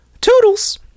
Toodles